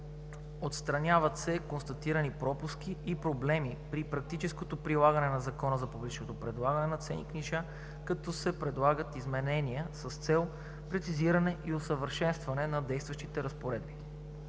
Отстраняват се констатирани пропуски и проблеми при практическото прилагане на Закона за публичното предлагане на ценни книжа, като се предлагат изменения с цел прецизиране и усъвършенстване на действащите разпоредби.